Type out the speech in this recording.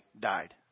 died